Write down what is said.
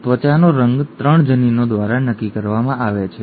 ત્વચાનો રંગ ૩ જનીનો દ્વારા નક્કી કરવામાં આવે છે